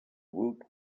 woot